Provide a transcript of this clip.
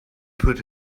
put